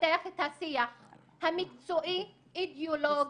לפתח את השיח המקצועי, אידיאולוגי,